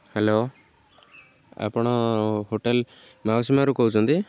hello ଆପଣ hotel ମାଉସୀ ମାଁ'ରୁ କହୁଛନ୍ତି